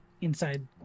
Inside